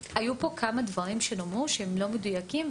היו פה כמה דברים שנאמרו שהם לא מדויקים,